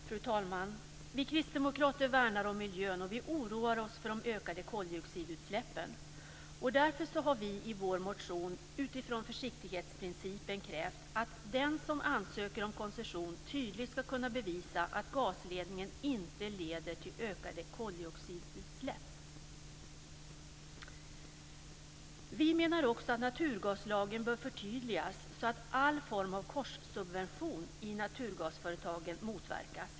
Fru talman! Vi kristdemokrater värnar om miljön och oroar oss över de ökade koldioxidutsläppen. Därför kräver vi i vår motion, utifrån försiktighetsprincipen, att den som ansöker om koncession tydligt ska kunna bevisa att gasledningen inte leder till ökade koldioxidutsläpp. Vi menar också att naturgaslagen bör förtydligas så att varje form av korssubvention i naturgasföretagen motverkas.